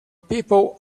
people